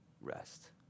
rest